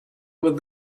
with